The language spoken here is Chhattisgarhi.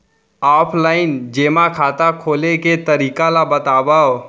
ऑफलाइन जेमा खाता खोले के तरीका ल बतावव?